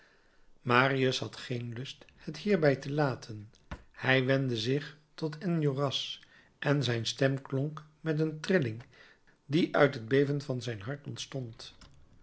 marius had geen lust het hierbij te laten hij wendde zich dus tot enjolras en zijn stem klonk met een trilling die uit het beven van zijn hart ontstond